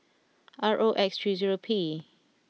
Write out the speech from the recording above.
R O X three zero P